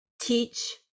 teach